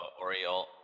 Oriole